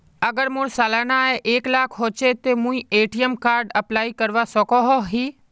अगर मोर सालाना आय एक लाख होचे ते मुई ए.टी.एम कार्ड अप्लाई करवा सकोहो ही?